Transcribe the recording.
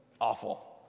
awful